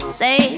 say